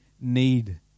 need